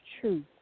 truth